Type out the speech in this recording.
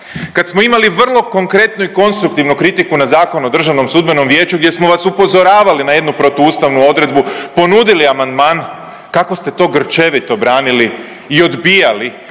kad smo imali vrlo konkretnu i konstruktivnu kritiku na Zakon o DSV-u gdje smo vas upozoravali na jednu protuustavnu odredbu, ponudili amandman, kako ste to grčevito branili i odbijali